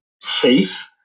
safe